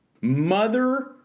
Mother